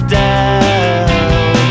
down